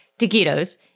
taquitos